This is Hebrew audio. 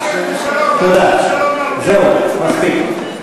תודה, זהו, מספיק.